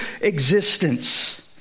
existence